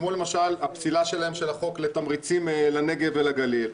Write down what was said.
למשל, הפסילה שלהם של החוק לתמריצים לנגב ולגליל.